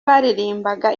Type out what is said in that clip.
baririmbaga